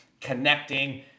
connecting